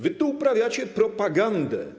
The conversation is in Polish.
Wy tu uprawiacie propagandę.